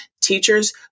teachers